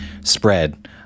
spread